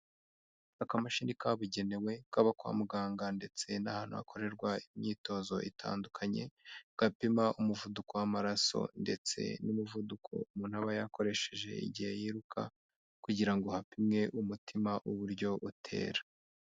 Akamashini kabugenewe kaba kwa muganga ndetse n'ahantu hakorerwa imyitozo itandukanye, gapima umuvuduko w'amaraso ndetse n'umuvuduko umuntu aba yakoresheje igihe yiruka, kugira ngo hapimwe umutima uburyo utera.